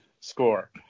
score